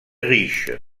riches